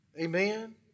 Amen